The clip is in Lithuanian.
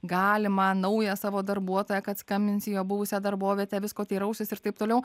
galimą naują savo darbuotoją kad skambinsi jo buvusią darbovietę visko teirausis ir taip toliau